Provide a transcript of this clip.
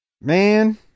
man